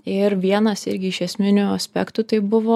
ir vienas irgi iš esminių aspektų tai buvo